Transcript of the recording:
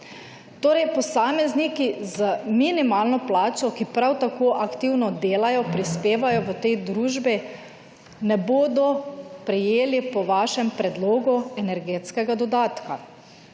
Torej, posamezniki z minimalno plačo, ki prav tako aktivno delajo, prispevajo v tej družbi ne bodo prejeli po vašem predlogu energetskega dodatka.